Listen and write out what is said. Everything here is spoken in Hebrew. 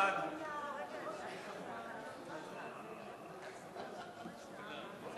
חוק לתיקון פקודת המכרות (מס'